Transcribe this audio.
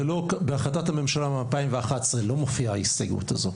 בהחלטת הממשלה משנת 2011 לא מופיעה ההסתייגות הזאת.